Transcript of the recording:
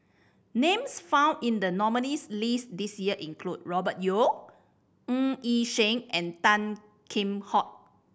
names found in the nominees' list this year include Robert Yeo Ng Yi Sheng and Tan Kheam Hock